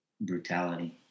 brutality